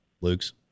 Luke's